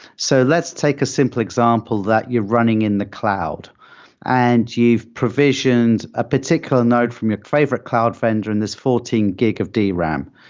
so let's take a simple example that you're running in the cloud and you've provisioned a particular node from your private cloud vendor in this fourteen gig of the dram.